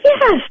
Yes